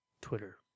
Twitter